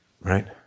Right